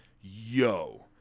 yo